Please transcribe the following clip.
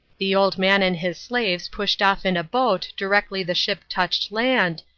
the old man and his slaves pushed off in a boat directly the ship touched land,